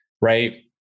Right